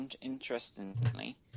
interestingly